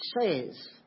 says